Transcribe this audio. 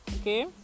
Okay